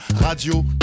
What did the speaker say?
Radio